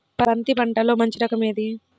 బంతి పంటలో మంచి రకం ఏది?